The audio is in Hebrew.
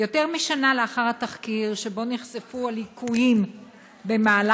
יותר משנה לאחר התחקיר שבו נחשפו הליקויים במהלך